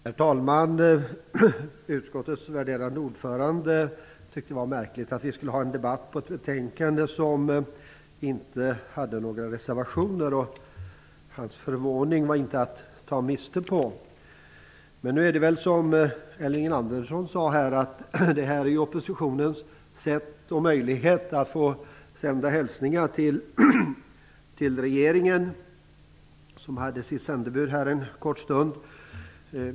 Herr talman! Utskottets värderade ordförande tyckte att det var märkligt att vi skulle ha en debatt i anslutning till ett betänkande som inte har några reservationer. Hans förvåning var inte att ta miste på. Men nu är det väl så, som Elving Andersson sade, att det här är oppositionens möjlighet att sända hälsningar till regeringen, som hade sitt sändebud här en kort stund.